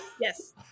Yes